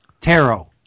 Tarot